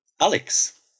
Alex